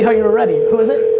yeah you were ready. who is it?